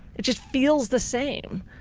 it just feels the same.